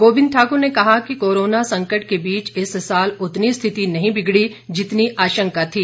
गोविंद ठाकुर ने कहा कि कोरोना संकट के बीच इस साल उतनी स्थिति नहीं बिगड़ी जितनी आशंका थी